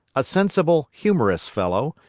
a sensible, humorous fellow,